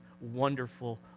wonderful